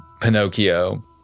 Pinocchio